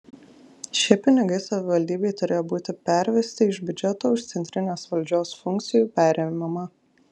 šie pinigai savivaldybei turėjo būti pervesti iš biudžeto už centrinės valdžios funkcijų perėmimą